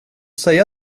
säga